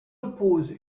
oppose